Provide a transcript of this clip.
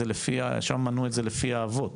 שם מנו את זה לפי האבות.